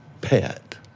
pet